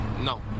no